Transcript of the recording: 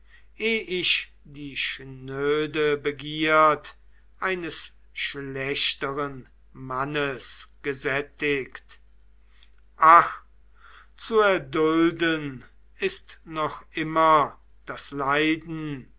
ich die schnöde begierd eines schlechteren mannes gesättigt ach zu erdulden ist noch immer das leiden